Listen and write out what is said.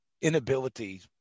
inability